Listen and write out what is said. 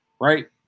right